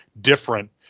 different